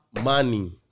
money